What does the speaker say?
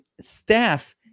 staff